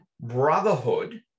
brotherhood